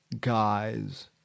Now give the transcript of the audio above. guys